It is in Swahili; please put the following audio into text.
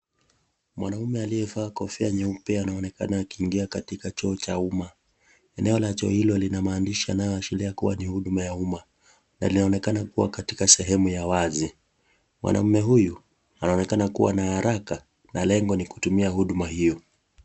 Mwanaume aliyevaa kofia nyeupe anaonekana akiingia choo cha umma. Eneo la choo hilo limaandishi yanayoashiria kuwa ni huduma ya umma. Linaonekana kuwa katika sehemu ya wazi. Mwanamme huyu, anaonekana kuwa na haraka na lengo ni kutumia huduma hiyo.